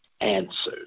answers